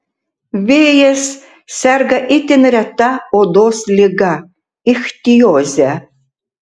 vėjas serga itin reta odos liga ichtioze